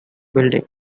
buildings